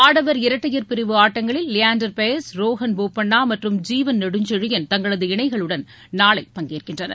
ஆடவர் இரட்டையர் பிரிவு ஆட்டங்களில் லியாண்டர் பயஸ் ரோகண் போபண்ணா மற்றும் ஜீவன் நெடுஞ்செழியன் தங்களது இணைகளுடன் நாளை பங்கேற்கின்றனர்